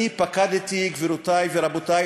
גבירותי ורבותי,